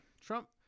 Trump